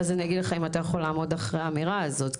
ואז אני אגיד לך אם אתה יכול לעמוד מאחורי האמירה הזאת.